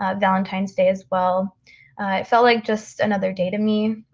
ah valentine's day as well, it felt like just another day to me.